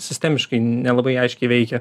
sistemiškai nelabai aiškiai veikia